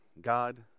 god